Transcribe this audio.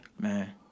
Man